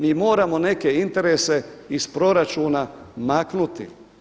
Mi moramo neke interese iz proračuna maknuti.